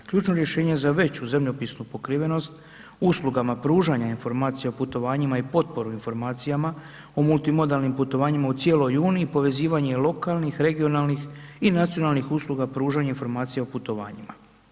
Ključno rješenje za veću zemljopisnu pokrivenost uslugama pružanja informacija o putovanjima i potporu informacijama o multimodalnim putovanjima u cijeloj Uniji, povezivanje lokalnih, regionalnih i nacionalnih usluga pružanja informacija o putovanjima.